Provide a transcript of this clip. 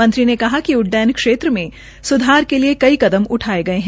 मंत्री ने कहा िक उड्डन क्षेत्र में सुधार के लिए कई कदम उठाये गये है